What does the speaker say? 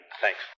Thanks